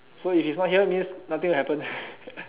so if he is not here means nothing will happen